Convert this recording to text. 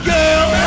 Girl